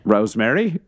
Rosemary